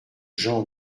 jean